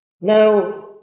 Now